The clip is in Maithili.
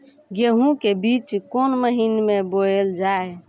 गेहूँ के बीच कोन महीन मे बोएल जाए?